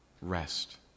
Rest